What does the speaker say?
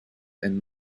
and